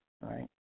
right